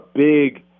big